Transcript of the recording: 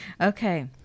okay